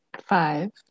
five